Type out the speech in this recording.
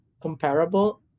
comparable